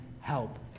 help